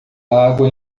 água